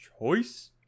choice